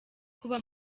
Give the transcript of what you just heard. kuba